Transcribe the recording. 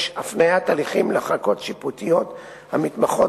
הפניית הליכים לערכאות שיפוטיות המתמחות